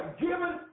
given